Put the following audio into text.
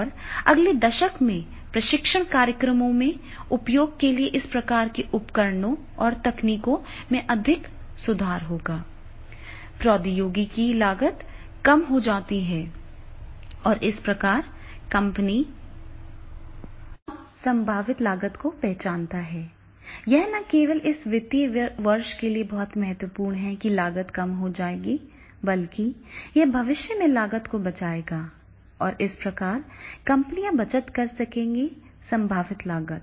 और अगले दशक में प्रशिक्षण कार्यक्रमों में उपयोग के लिए इस प्रकार के उपकरणों और तकनीकों में अधिक सुधार होगा प्रौद्योगिकी की लागत कम हो जाती है और इस प्रकार कंपनी कैम संभावित लागत को पहचानता है यह न केवल इस वित्तीय वर्ष के लिए बहुत महत्वपूर्ण है कि लागत कम हो जाएगी बल्कि यह भविष्य में लागत को बचाएगा और इस प्रकार कंपनियां बचत कर सकेंगी संभावित लागत